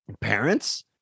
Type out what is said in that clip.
Parents